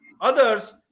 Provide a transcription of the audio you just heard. others